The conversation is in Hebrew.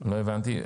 לא הבנתי.